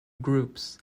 groups